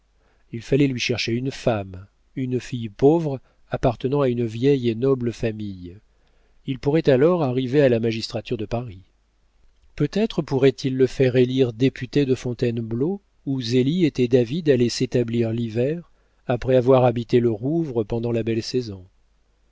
il fallait lui chercher une femme une fille pauvre appartenant à une vieille et noble famille il pourrait alors arriver à la magistrature de paris peut-être pourraient-ils le faire élire député de fontainebleau où zélie était d'avis d'aller s'établir l'hiver après avoir habité le rouvre pendant la belle saison